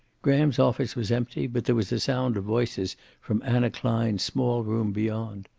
graham's office was empty, but there was a sound of voices from anna klein's small room beyond.